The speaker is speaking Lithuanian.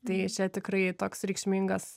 tai čia tikrai toks reikšmingas